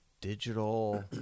digital